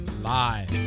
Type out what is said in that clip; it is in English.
live